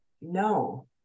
no